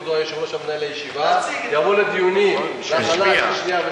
אני רוצה לשמוע ממך, אדוני היושב-ראש.